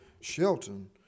Shelton